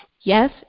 Yes